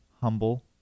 humble